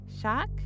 Shock